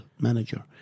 manager